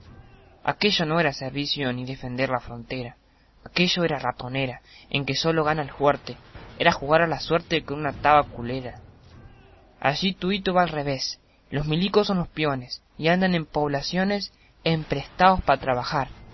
aquello no era servicio ni defender la frontera aquello era ratonera en que sólo gana el juerte era jugar a la suerte con una taba culera allí tuito va al revés los milicos son los piones y andan en las poblaciones emprestaos pa trabajar